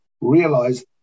realize